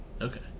Okay